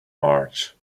march